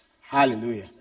Hallelujah